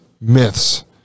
myths